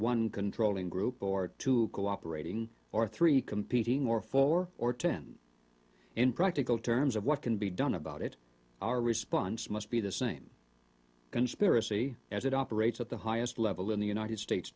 one controlling group or two cooperating or three competing or four or ten in practical terms of what can be done about it our response must be the same conspiracy as it operates at the highest level in the united states